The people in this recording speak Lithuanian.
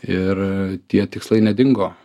ir tie tikslai nedingo